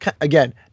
again